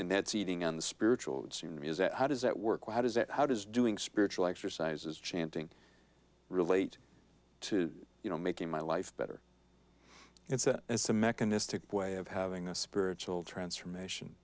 and that's eating on the spiritual to me is that how does that work well how does that how does doing spiritual exercises chanting relate to you know making my life better it's a it's a mechanistic way of having a spiritual transformation